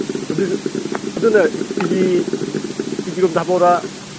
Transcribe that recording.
ꯑꯗꯨꯅ K G ꯀꯦ ꯖꯤꯂꯣꯝꯗ ꯍꯥꯞꯄꯛꯎꯔꯥ